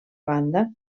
banda